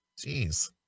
Jeez